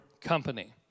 company